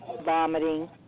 vomiting